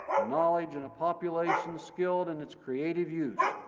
knowledge and a population skilled in its creative use,